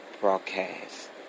broadcast